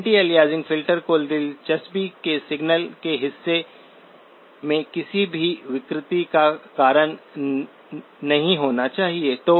anti aliasing filter को दिलचस्पी के सिग्नल के हिस्से में किसी भी विकृति का कारण नहीं होना चाहिए